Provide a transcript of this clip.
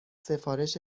سفارش